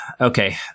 Okay